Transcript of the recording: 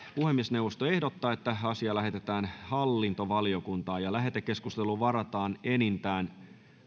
puhemiesneuvosto ehdottaa että asia lähetetään hallintovaliokuntaan lähetekeskusteluun varataan enintään